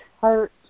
hurt